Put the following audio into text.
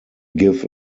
give